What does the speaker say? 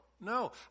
no